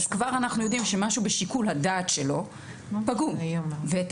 כבר אנחנו יודעים שמשהו בשיקול הדעת שלו פגום ואת